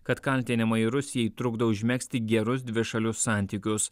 kad kaltinimai rusijai trukdo užmegzti gerus dvišalius santykius